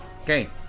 Okay